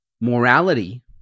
morality